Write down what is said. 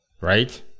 right